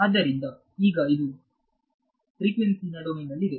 ಆದ್ದರಿಂದ ಈಗ ಇದು ಫ್ರಿಕ್ವೆನ್ಸಿ ನ ಡೊಮೇನ್ನಲ್ಲಿದೆ